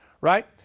right